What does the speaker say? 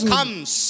comes